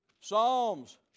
Psalms